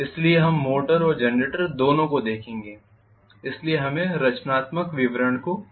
इसलिए हम मोटर और जनरेटर दोनों को देखेंगे इसलिए हमें रचनात्मक विवरण को देखना चाहिए